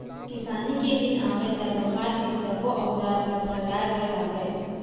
किसानी के दिन आवय त लोहार तीर सब्बो अउजार ल फरगाय बर लागय